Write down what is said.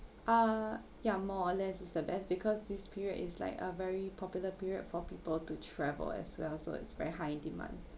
uh yeah more or less is the best because this period is like a very popular period for people to travel as well so it's very high in demand